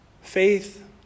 Faith